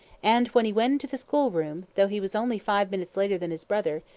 and when he went into the school-room, though he was only five minutes later than his brother,